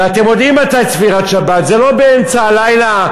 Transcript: ואתם יודעים מתי צפירת שבת, זה לא באמצע הלילה.